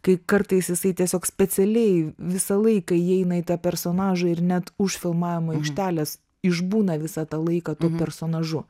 kai kartais jisai tiesiog specialiai visą laiką įeina į tą personažą ir net už filmavimo aikštelės išbūna visą tą laiką tuo personažu